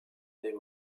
they